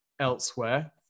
Elsewhere